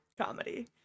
comedy